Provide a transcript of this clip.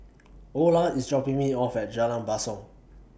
Orla IS dropping Me off At Jalan Basong